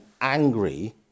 angry